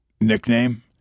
nickname